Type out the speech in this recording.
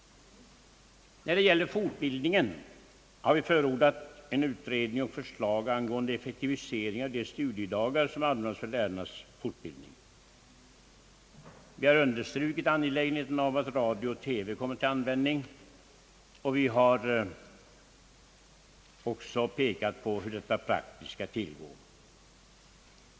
När det gäller fortbildningen har vi förordat utredning och förslag angående effektivisering av de studiedagar som anordnas för lärarnas fortbildning. Vi har understrukit angelägenheten av att radio och TV kommer till användning, och vi har också pekat på hur detta praktiskt skall tillgå.